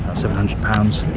seven hundred pounds